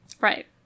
Right